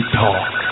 talk